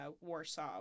Warsaw